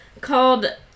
called